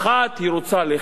היא רוצה לכבוש,